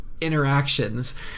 interactions